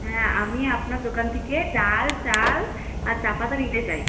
হ্যাঁ আমি আপনার দোকান থেকে ডাল চাল আর চা পাতা নিতে চাই